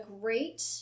great